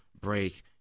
break